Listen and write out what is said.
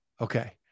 okay